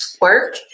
work